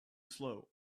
slow